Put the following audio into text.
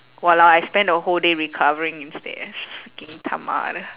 !walao! I spend the whole day recovering instead eh it's freaking 他妈的